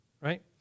right